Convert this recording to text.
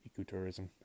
ecotourism